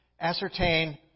ascertain